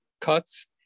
cuts